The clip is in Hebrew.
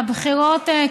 הבחירות,